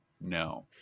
no